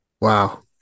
Wow